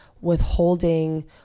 withholding